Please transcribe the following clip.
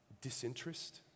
disinterest